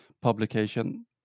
publication